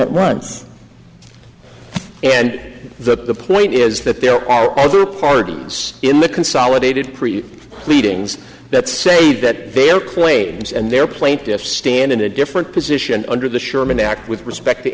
runs and the point is that there are other pardons in the consolidated pleadings that say that their claims and their plaintiffs stand in a different position under the sherman act with respect to